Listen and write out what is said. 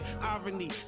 Irony